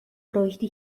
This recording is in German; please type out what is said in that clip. bräuchte